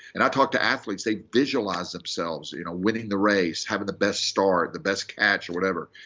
and i talk to athletes. they visualize themselves you know winning the race, having the best start, the best catch, or whatever.